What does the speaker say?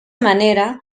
manera